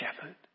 shepherd